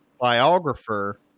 biographer